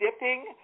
dipping